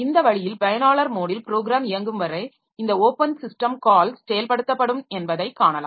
இந்த வழியில் பயனாளர் மோடில் ப்ரோக்ராம் இயங்கும் வரை இந்த ஓப்பன் சிஸ்டம் கால்ஸ் செயல்படுத்தப்படும் என்பதை காணலாம்